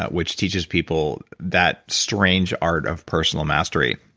ah which teaches people that strange art of personal mastery.